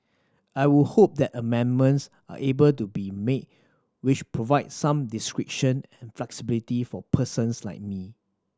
I would hope that amendments are able to be made which provide some discretion and flexibility for persons like me